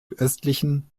östlichen